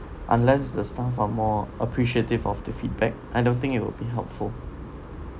unless the staff are more appreciative of the feedback I don't think it will be helpful